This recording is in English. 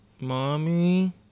Mommy